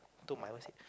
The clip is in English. told my wife say